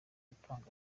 gutanga